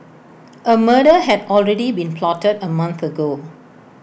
A murder had already been plotted A month ago